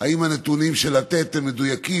אם הנתונים של לתת מדויקים,